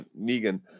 Negan